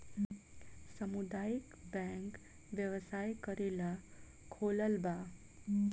सामुदायक बैंक व्यवसाय करेला खोलाल बा